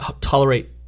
tolerate